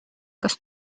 kas